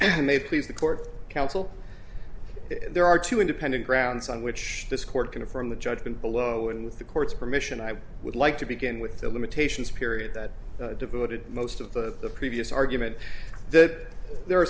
and they please the court counsel that there are two independent grounds on which this court can affirm the judgment below and with the court's permission i would like to begin with the limitations period that devoted most of the previous argument that there are